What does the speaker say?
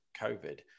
covid